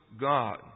God